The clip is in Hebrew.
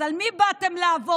אז על מי באתם לעבוד?